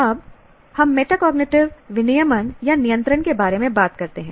अब हम मेटाकोग्निटिव विनियमन या नियंत्रण के बारे में बात करते हैं